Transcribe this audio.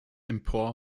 empor